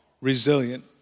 resilient